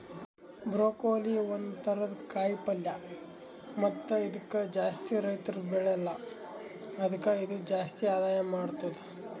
broccoli ಒಂದ್ ಥರದ ಕಾಯಿ ಪಲ್ಯ ಮತ್ತ ಇದುಕ್ ಜಾಸ್ತಿ ರೈತುರ್ ಬೆಳೆಲ್ಲಾ ಆದುಕೆ ಇದು ಜಾಸ್ತಿ ಆದಾಯ ಮಾಡತ್ತುದ